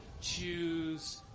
choose